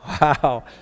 Wow